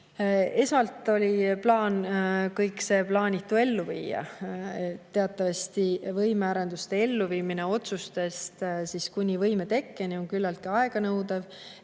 Esmalt oli plaan kõik plaanitu ellu viia. Teatavasti on võimearenduste elluviimine otsustest kuni võime tekkeni küllaltki aeganõudev